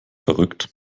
verrückt